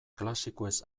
klasikoez